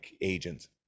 agents